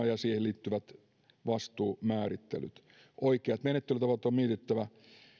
ja siihen liittyvät vastuumäärittelyt oikeat menettelytavat on on mietittävä